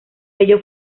ello